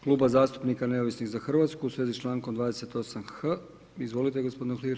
Kluba zastupnika neovisnih za Hrvatsku u svezi s člankom 28.h. Izvolite gospodine Uhlir.